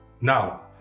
now